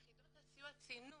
יחידות הסיוע ציינו